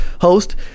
host